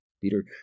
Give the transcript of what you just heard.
Peter